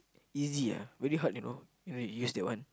easy ah very hard you know use use that one